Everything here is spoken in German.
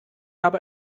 habe